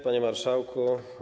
Panie Marszałku!